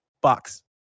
box